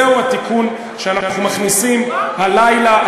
זהו התיקון שאנחנו מכניסים הלילה,